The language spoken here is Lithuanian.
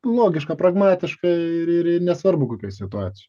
logiška pragmatiška ir ir nesvarbu kokia situacija